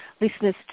listeners